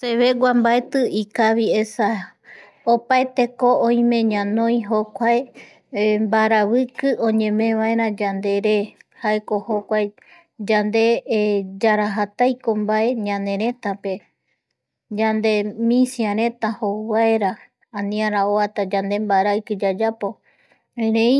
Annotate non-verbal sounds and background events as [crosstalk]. Sevegua mbaeti ikavi esa opaeteko oime ñanoi jokuae [hesitation] mbaraviki oñemeevaera yandere jaeko jokuae yande [hesitation] yarajataiko mbae [noise] ñaneretapevae [noise] yande misireta jouvaera aniara oata yande mbaraiki yayapo erei